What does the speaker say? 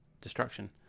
Destruction